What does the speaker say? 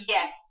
Yes